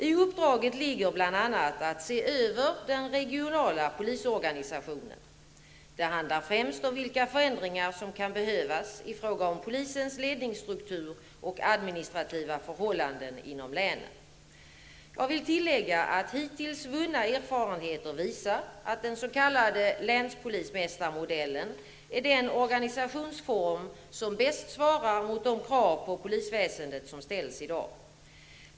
I uppdraget ligger bl.a. att se över den regionala polisorganisationen. Det handlar främst om vilka förändringar som kan behövas i fråga om polisens ledningsstruktur och administrativa förhållanden inom länen. Jag vill tillägga att hittills vunna erfarenheter visar att den s.k. länspolismästarmodellen är den organisationsform som bäst svarar mot de krav på polisväsendet som ställs i dag.